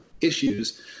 issues